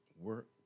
work